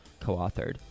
co-authored